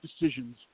decisions